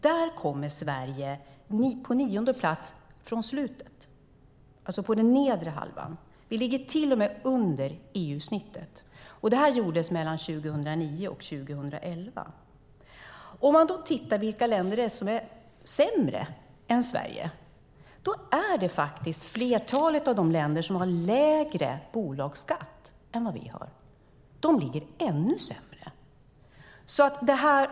Där kommer Sverige på nionde plats från slutet, alltså på den nedre halvan. Vi ligger till och med under EU-snittet. Jämförelsen gjordes mellan 2009 och 2011. Om man då tittar på vilka länder det är som är sämre än Sverige ser man att det faktiskt är flertalet av de länder som har lägre bolagsskatt än vi har. De ligger ännu sämre.